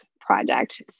project